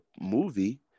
movie